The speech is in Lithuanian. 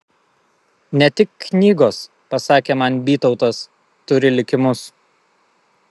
ne tik knygos pasakė man bytautas turi likimus